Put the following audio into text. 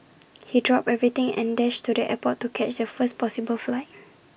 he dropped everything and dashed to the airport to catch the first possible flight